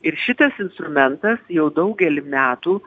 ir šitas instrumentas jau daugelį metų